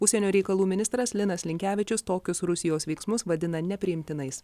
užsienio reikalų ministras linas linkevičius tokius rusijos veiksmus vadina nepriimtinais